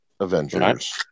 Avengers